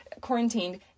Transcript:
quarantined